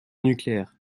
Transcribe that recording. nucléaire